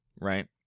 right